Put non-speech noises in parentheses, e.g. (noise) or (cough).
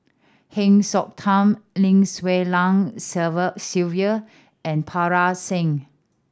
Heng Siok Tian Lim Swee Lian (unintelligible) Sylvia and Parga Singh